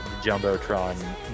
Jumbotron